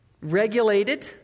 regulated